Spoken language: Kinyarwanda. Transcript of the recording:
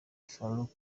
farook